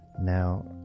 Now